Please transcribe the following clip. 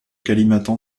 kalimantan